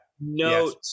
No